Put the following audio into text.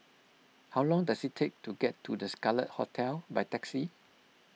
how long does it take to get to the Scarlet Hotel by taxi